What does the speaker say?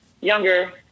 younger